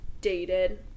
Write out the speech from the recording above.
dated